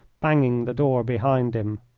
banging the door behind him.